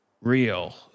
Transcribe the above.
real